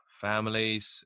families